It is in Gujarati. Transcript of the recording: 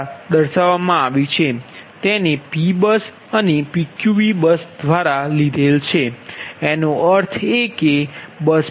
તેને P બસ અને PQV બસ બરાબર છે એનો અર્થ એ કે બસ PQV માટે P એ જાણીતી છે